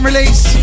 Release